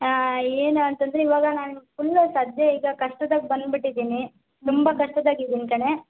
ಏನು ಅಂತಂದರೆ ಇವಾಗ ನಾನು ಫುಲ್ಲೂ ಸದ್ಯ ಈಗ ಕಷ್ಟದಾಗ ಬಂದುಬಿಟ್ಟಿದ್ದೀನಿ ತುಂಬ ಕಷ್ಟದಾಗಿದೀನಿ ಕಣೆ